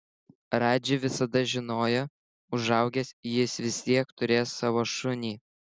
radži visada žinojo užaugęs jis vis tiek turės savo šunį